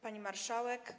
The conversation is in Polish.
Pani Marszałek!